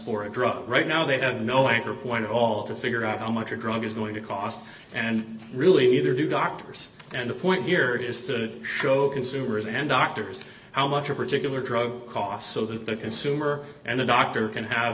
for a drug right now they have no anchor point at all to figure out how much a drug is going to cost and really neither do doctors and the point here is to show consumers and doctors how much a particular drug cost so that the consumer and the doctor can have